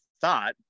thought